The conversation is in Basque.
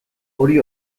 hori